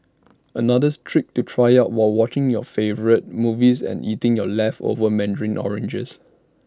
another's trick to try out while watching your favourite movies and eating your leftover Mandarin oranges